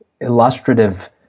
illustrative